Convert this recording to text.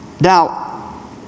Now